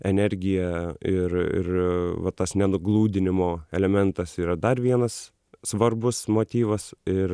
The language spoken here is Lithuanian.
energija ir ir va tas nenugludinimo elementas yra dar vienas svarbus motyvas ir